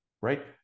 right